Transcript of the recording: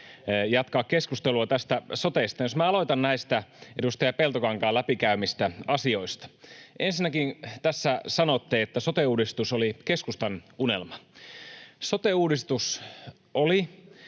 jatkaa keskustelua tästä sotesta. Jos aloitan näistä edustaja Peltokankaan läpikäymistä asioista. Ensinnäkin tässä sanoitte, että sote-uudistus oli keskustan unelma. Sote-uudistus oli